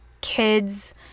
kids